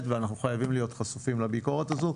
ואנחנו חייבים להיות חשופים לביקורת הזו.